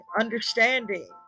understanding